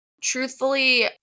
Truthfully